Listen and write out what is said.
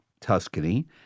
Tuscany